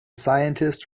scientist